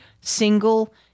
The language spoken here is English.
single